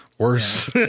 Worse